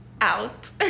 out